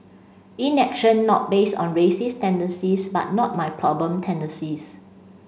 inaction not based on racist tendencies but not my problem tendencies